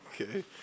Okay